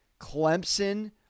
Clemson